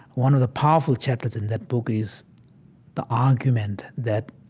one of the powerful chapters in that book is the argument that,